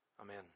Amen